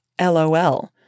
LOL